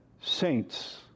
saints